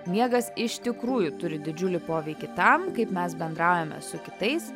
miegas iš tikrųjų turi didžiulį poveikį tam kaip mes bendraujame su kitais